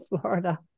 Florida